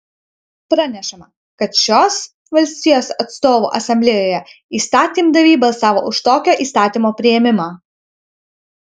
pranešama kad šios valstijos atstovų asamblėjoje įstatymdaviai balsavo už tokio įstatymo priėmimą